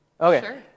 Okay